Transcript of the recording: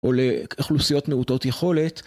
או לאכלוסיות מעוטות יכולת